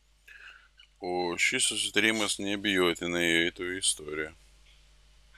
o šis susitarimas neabejotinai įeitų į istoriją